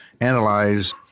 analyze